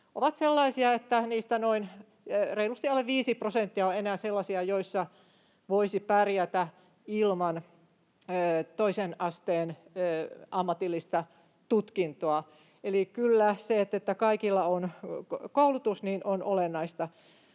ovat sellaisia, että niistä enää reilusti alle 5 prosenttia on sellaisia, joissa voisi pärjätä ilman toisen asteen ammatillista tutkintoa. Eli kyllä se, että kaikilla on koulutus, on olennaista.